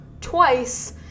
twice